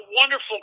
wonderful